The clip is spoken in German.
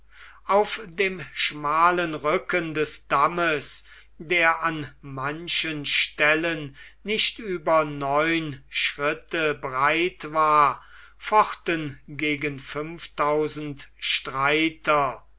auf dem schmalen rücken des dammes der an manchen stellen nicht über neun schritte breit war fochten gegen fünftausend streiter